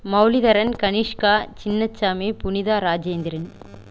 Moulidharan Kanishka Chinnasamy Punitha Rajendran